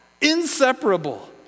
inseparable